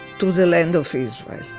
to the land of israel.